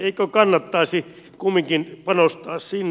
eikö kannattaisi kumminkin panostaa sinne